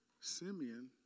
Simeon